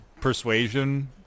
persuasion